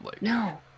No